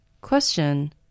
Question